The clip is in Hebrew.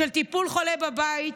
של טיפול בחולה בבית.